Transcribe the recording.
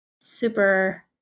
super